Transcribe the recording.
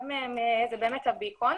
אחד מהפתרונות האלה הוא באמת הביקון.